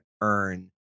earn